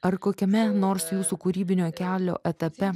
ar kokiame nors jūsų kūrybinio kelio etape